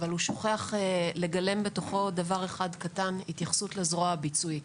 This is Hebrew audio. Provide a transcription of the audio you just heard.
אבל הוא שוכח לגלם בתוכו דבר אחד קטן התייחסות לזרוע הביצועית.